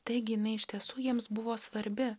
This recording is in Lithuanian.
taigi jinai iš tiesų jiems buvo svarbi